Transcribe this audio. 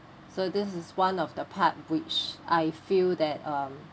so this is one of the part which I feel that um